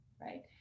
Right